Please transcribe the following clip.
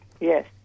yes